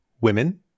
women